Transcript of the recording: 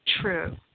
true